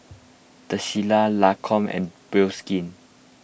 the Shilla Lancome and Bioskin